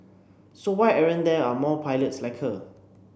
so why aren't there are more pilots like her